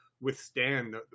withstand